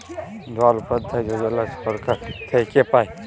দয়াল উপাধ্যায় যজলা ছরকার থ্যাইকে পায়